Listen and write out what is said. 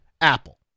Apple